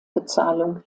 bezahlung